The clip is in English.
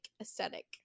aesthetic